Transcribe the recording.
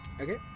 Okay